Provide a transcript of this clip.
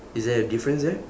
is there a difference there